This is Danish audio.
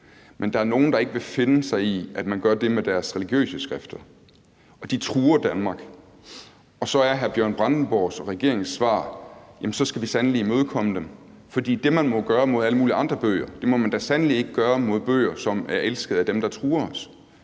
Men der er nogle, der ikke vil finde sig i, at man gør det med deres religiøse skrifter, og de truer Danmark, og så er hr. Bjørn Brandenborgs og regeringens svar: Jamen så skal vi sandelig imødekomme dem, for det, man må gøre mod andre bøger, må man da sandelig ikke gøre mod bøger, som er elsket af dem, der truer os.